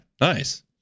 nice